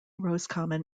roscommon